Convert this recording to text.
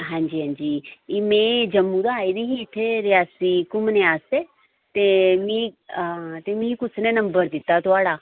हां जी हां जी एह् में जम्मू दा आई दी ही इत्थै रियासी घूमने आस्तै ते मी हां मी कुसै ने नंबर दित्ता थुआढ़ा